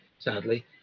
sadly